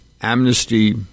amnesty –